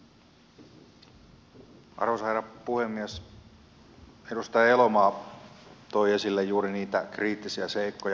edustaja elomaa toi esille juuri niitä kriittisiä seikkoja